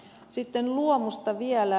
sitten luomusta vielä